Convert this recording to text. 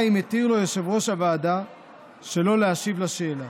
אם כן התיר לו יושב-ראש הוועדה שלא להשיב על השאלה.